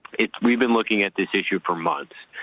we've been looking at this issue for months.